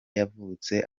yavutse